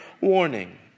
warning